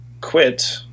quit